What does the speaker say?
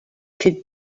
could